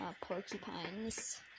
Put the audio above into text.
porcupines